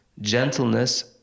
gentleness